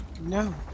No